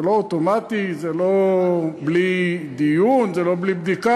זה לא אוטומטי, זה לא בלי דיון, זה לא בלי בדיקה.